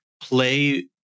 play